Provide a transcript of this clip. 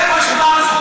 איפה השמירה על זכותו?